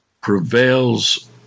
prevails